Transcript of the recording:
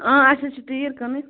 اَسہِ حَظ چھِ تیٖر کٕنٕنۍ